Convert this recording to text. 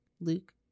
Luke